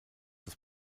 das